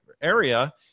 area